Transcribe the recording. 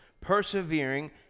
persevering